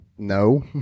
No